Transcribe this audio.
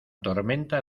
tormenta